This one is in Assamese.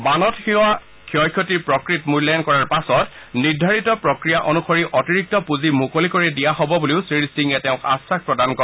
বানত হোৱা ক্ষয়ক্ষতিৰ প্ৰকৃত মূল্যায়ন কৰাৰ পাছত নিৰ্ধাৰিত প্ৰক্ৰিয়া অনুসৰি অতিৰিক্ত পুঁজি মুকলি কৰি দিয়া হব বুলিও শ্ৰীসিঙে তেওঁক আখাস প্ৰদান কৰে